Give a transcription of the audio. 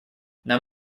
нам